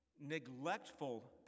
neglectful